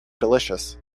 delicious